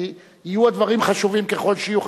יהיו הדברים חשובים ככל שיהיו.